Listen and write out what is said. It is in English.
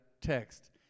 text